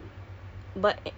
habiskan